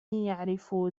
يعرف